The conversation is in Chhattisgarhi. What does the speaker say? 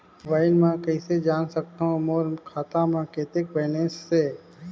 मोबाइल म कइसे जान सकथव कि मोर खाता म कतेक बैलेंस से?